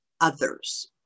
others